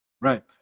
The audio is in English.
Right